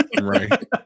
Right